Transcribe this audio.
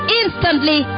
instantly